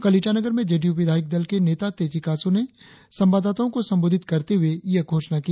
कल ईटानगर में जेडीयू विधायक दल के नेता तेची कासो ने संवाददाताओ को संबोधित करते हुए यह घोषणा की